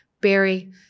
Barry